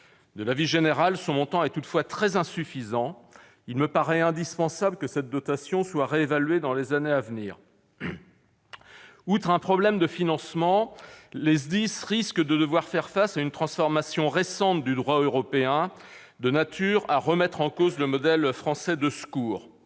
De l'avis général, son montant est toutefois très insuffisant. Il me paraît indispensable que cette dotation soit réévaluée dans les années à venir. Outre un problème de financement, les SDIS risquent de devoir faire face à une transformation récente du droit européen de nature à remettre en cause le modèle français de secours.